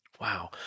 Wow